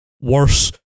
worse